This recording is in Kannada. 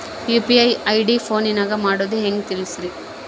ಯು.ಪಿ.ಐ ಐ.ಡಿ ಫೋನಿನಾಗ ಮಾಡೋದು ಹೆಂಗ ತಿಳಿಸ್ರಿ?